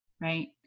right